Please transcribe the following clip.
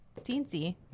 Teensy